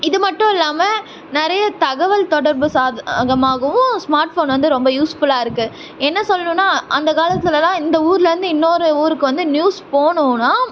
இது மட்டும் இல்லாமல் நிறைய தகவல் தொடர்பு சாதகமாகவும் ஸ்மார்ட் ஃபோன் வந்து ரொம்ப யூஸ்ஃபுல்லாக இருக்கு என்ன சொல்லணுன்னா அந்த காலத்தில்லாம் இந்த ஊர்லருந்து இன்னோரு ஊருக்கு வந்து நியூஸ் போகணுன்னா